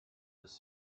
was